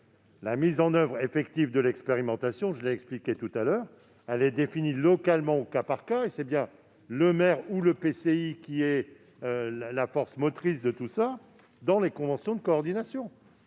La mise en oeuvre effective de l'expérimentation, je l'ai expliqué précédemment, est définie localement, au cas par cas. C'est bien le maire ou l'EPCI qui est la force motrice dans les conventions de coordination.